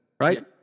right